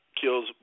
kills